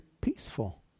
peaceful